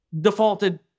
defaulted